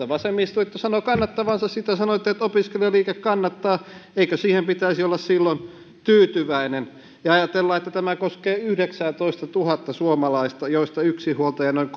vasemmistoliitto sanoo kannattavansa sitä ja sanoitte että opiskelijaliike kannattaa eikö siihen pitäisi olla silloin tyytyväinen ja ajatellaan että tämä koskee yhdeksäätoistatuhatta suomalaista joista yksinhuoltajia on noin